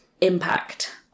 impact